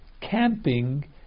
camping